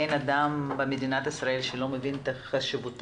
אין אדם במדינת ישראל שלא מבין את חשיבות